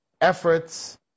efforts